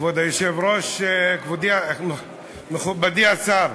כבוד היושב-ראש, מכובדי השר,